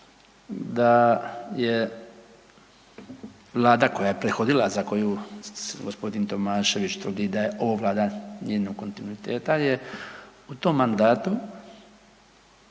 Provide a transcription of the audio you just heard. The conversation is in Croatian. da je Vlada koja je prethodila za koju gospodin Tomašević tvrdi da je … njenog kontinuiteta je u tom mandatu